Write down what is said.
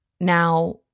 Now